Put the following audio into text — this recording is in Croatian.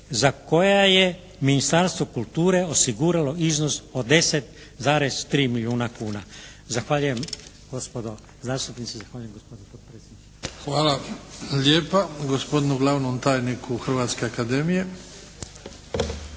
za koja je Ministarstvo kulture osiguralo iznos od 10,3 milijuna kuna. Zahvaljujem gospodo zastupnici, zahvaljujem gospodine potpredsjedniče. **Bebić, Luka (HDZ)** Hvala lijepa gospodin uglavnom tajniku Hrvatske akademije.